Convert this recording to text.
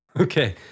Okay